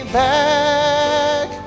back